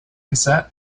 cassette